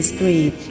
Street